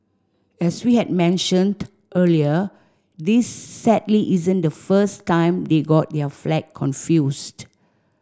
as we had mentioned earlier this sadly isn't the first time they got their flag confused